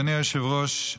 אדוני היושב-ראש,